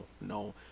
No